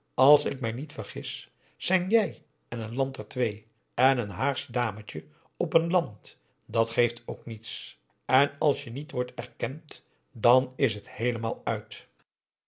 als ik mij niet vergis zijn jij en een land er twee en een haagsch dametje op een land dat geeft ook niets en als je niet wordt erkend dan is het heelemaal uit